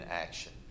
action